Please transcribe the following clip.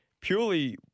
Purely